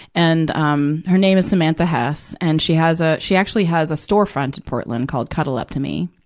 and, um, her name is samantha hess, and she has a, she actually has a storefront in portland called cuddle up to me.